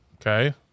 okay